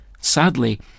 Sadly